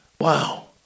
Wow